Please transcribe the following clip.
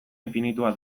infinitua